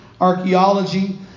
Archaeology